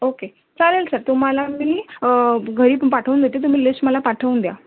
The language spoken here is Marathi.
ओके चालेल सर तुम्हाला मी घरी पाठवून देते तुम्ही लिस्ट मला पाठवून द्या